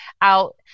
out